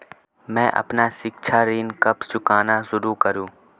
मैं अपना शिक्षा ऋण कब चुकाना शुरू करूँ?